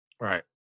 Right